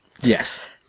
yes